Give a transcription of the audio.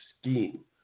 scheme